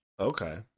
Okay